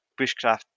bushcraft